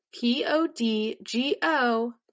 P-O-D-G-O